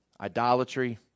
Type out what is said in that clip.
idolatry